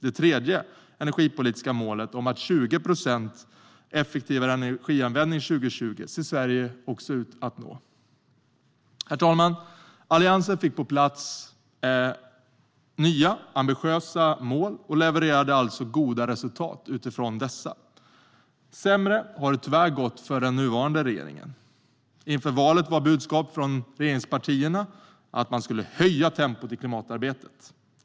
Det tredje energipolitiska målet om 20 procent effektivare energianvändning 2020 ser Sverige också ut att nå. Herr talman! Alliansen fick på plats nya ambitiösa mål och levererade alltså goda resultat utifrån dessa. Sämre har det tyvärr gått för den nuvarande regeringen. Inför valet var budskapet från regeringspartierna att man skulle höja tempot i klimatarbetet.